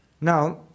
Now